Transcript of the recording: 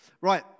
Right